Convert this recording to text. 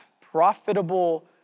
profitable